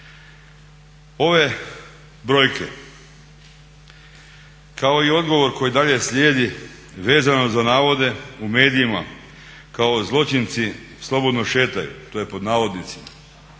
Ove brojke kao i odgovor koji dalje slijedi vezano za navode u medijima kao zločinci slobodno šetaju to je pod navodnicima